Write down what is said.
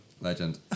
legend